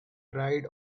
dried